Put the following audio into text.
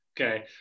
Okay